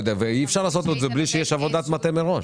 ואי-אפשר לעשות את זה בלי שיש עבודת מטה מראש.